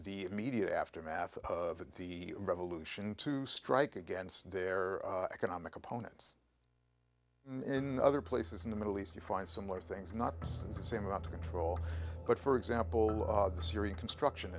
the immediate aftermath of the revolution to strike against their economic opponents in other places in the middle east you find somewhere things not the same about control but for example the syrian construction